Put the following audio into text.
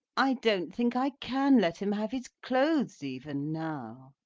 i don't think i can let him have his clothes even, now.